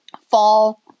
fall